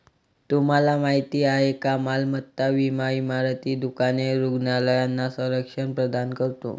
तुम्हाला माहिती आहे का मालमत्ता विमा इमारती, दुकाने, रुग्णालयांना संरक्षण प्रदान करतो